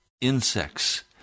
insects